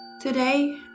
Today